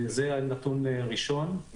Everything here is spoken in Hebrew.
זה נתון ראשון,